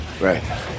Right